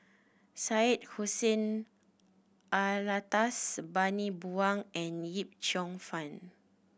Syed Hussein Alatas Bani Buang and Yip Cheong Fun